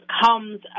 comes